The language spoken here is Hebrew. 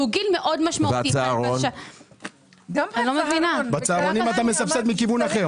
אני לא רוצה להתווכח למה לא נתנו לפני.